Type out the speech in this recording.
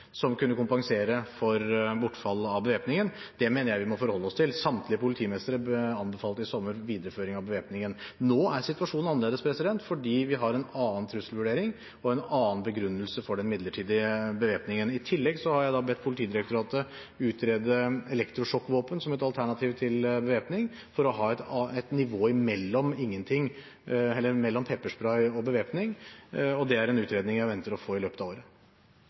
som kunne kompensere for bortfall av bevæpningen. Det mener jeg vi må forholde oss til. Samtlige politimestre anbefalte i sommer videreføring av bevæpningen. Nå er situasjonen annerledes fordi vi har en annen trusselvurdering og en annen begrunnelse for den midlertidige bevæpningen. I tillegg har jeg bedt Politidirektoratet utrede elektrosjokkvåpen som et alternativ til bevæpning for å ha et nivå mellom pepperspray og bevæpning, og det er en utredning jeg venter å få i løpet av året.